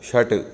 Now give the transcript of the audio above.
षट्